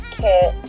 kit